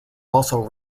also